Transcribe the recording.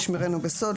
ישמרנו בסוד,